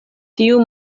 tiu